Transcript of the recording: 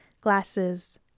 glasses